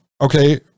okay